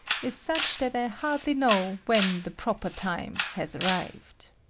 is such that i hardly know when the proper time has arrived.